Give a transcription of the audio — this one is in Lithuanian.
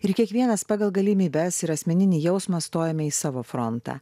ir kiekvienas pagal galimybes ir asmeninį jausmą stojame į savo frontą